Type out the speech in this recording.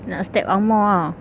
nak step ang moh ah